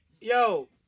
yo